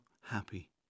happy